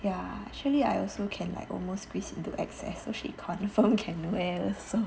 ya actually I also can like almost squeeze into X_S so she confirm can wear also